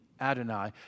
Adonai